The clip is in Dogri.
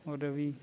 होर बी